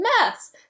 mess